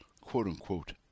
quote-unquote